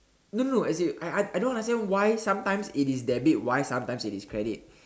no no no as in I I don't understand why sometimes it is debit why sometimes it is credit